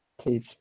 please